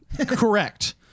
Correct